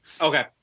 Okay